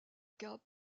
cas